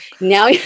Now